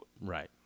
right